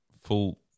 full